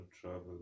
travel